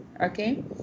okay